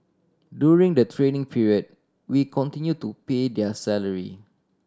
during the training period we continue to pay their salary